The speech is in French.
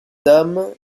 dame